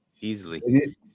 Easily